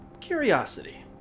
Curiosity